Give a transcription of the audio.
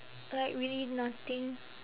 like really nothing